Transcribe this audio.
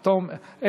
תודה רבה.